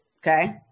okay